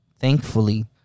thankfully